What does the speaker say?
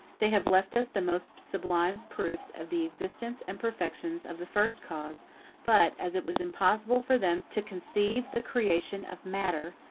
they have left us the most sublime proofs of the existence and perfections of the first cause but, as it was impossible for them to conceive the creation of matter,